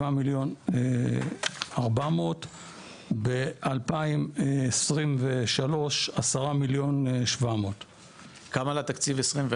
7,400,000. ב-2023 10,700,000. כמה לתקציב 2024,